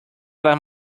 las